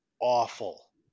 awful